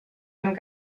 amb